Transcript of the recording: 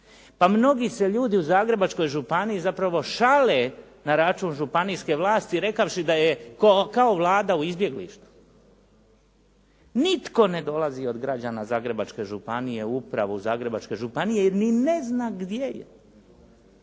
Pa mnogi se ljudi u Zagrebačkoj županiji zapravo šale na račun županijske vlasti rekavši da je kao Vlada u izbjeglištvu. Nitko ne dolazi od građana Zagrebačke županije u upravu Zagrebačke županije, jer ni ne zna gdje je.